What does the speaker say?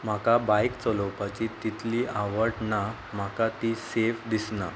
म्हाका बायक चलोवपाची तितली आवड ना म्हाका ती सेफ दिसना